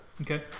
Okay